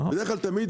בדרך כלל תמיד,